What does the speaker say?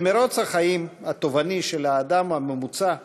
במרוץ החיים התובעני של האדם הממוצע,